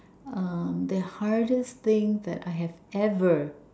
uh the hardest thing that I have ever